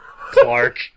Clark